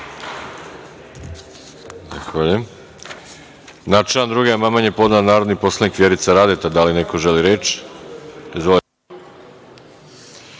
Hvala